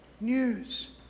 news